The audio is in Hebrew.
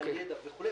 ידע וכו',